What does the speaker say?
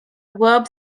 verb